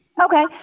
Okay